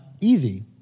easy